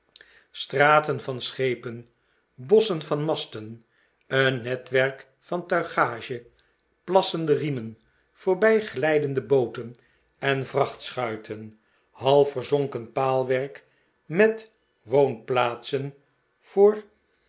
straten van schepen bosschen van masten een netwerk van tuigage plassende riemen voorbijglijdende booten en vrachtschuiten half verzonken paalwerk met woonplaatsen voor